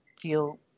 feel